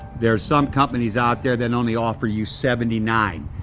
there are some companies out there that only offer you seventy nine.